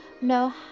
no